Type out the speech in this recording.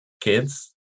kids